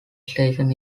station